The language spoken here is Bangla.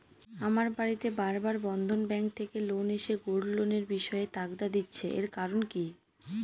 আমার বাড়িতে বার বার বন্ধন ব্যাংক থেকে লোক এসে গোল্ড লোনের বিষয়ে তাগাদা দিচ্ছে এর কারণ কি?